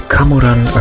Kamuran